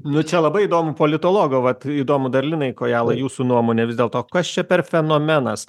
nu čia labai įdomu politologo vat įdomu dar linai kojalai jūsų nuomonė vis dėlto kas čia per fenomenas